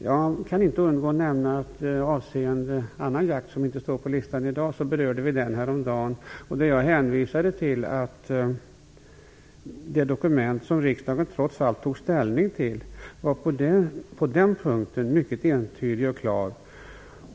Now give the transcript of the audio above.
Jag kan inte låta bli att nämna att angående annan jakt, som inte står på föredragningslistan i dag men som vi berörde häromdagen, hänvisade jag till det dokument som riksdagen trots allt tagit ställning till mycket entydigt och klart.